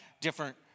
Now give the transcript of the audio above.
different